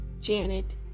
Janet